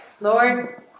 Lord